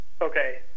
Okay